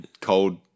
cold